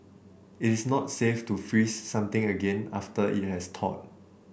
it is not safe to freeze something again after it has thawed